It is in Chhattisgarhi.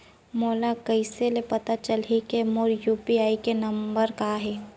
मोला कइसे ले पता चलही के मोर यू.पी.आई नंबर का हरे?